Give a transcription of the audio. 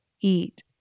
eat